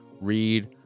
read